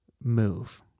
move